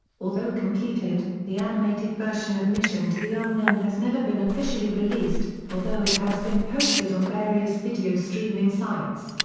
although completed, the animated version of mission to the unknown has never been officially released, although it has been posted on various video streaming sites.